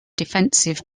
defensive